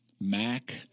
MAC